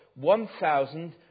1,000